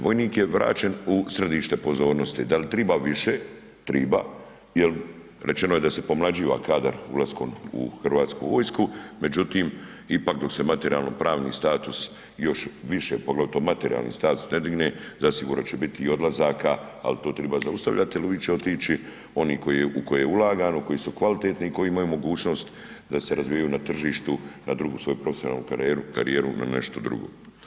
Vojnik je vraćen u središte pozornosti, dal triba više, triba jel rečeno je da se pomlađiva kadar ulaskom u Hrvatsku vojsku, međutim ipak dok se materijalno pravni status još više poglavito materijalni status ne digne zasigurno će biti i odlazaka, al to triba zaustavljati jer uvijek će otići oni koji, u koje je ulagano, koji su kvalitetni i koji imaju mogućnost da se razvijaju na tržištu na drugu svoju profesionalnu karijeru na nešto drugo.